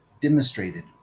demonstrated